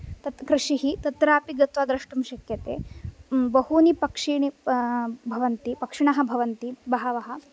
तत्कृषिः तत्रापि गत्वा द्रष्टुं शक्यते बहूनि पक्षिणः भवन्ति पक्षिणः भवन्ति बहवः